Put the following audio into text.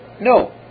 no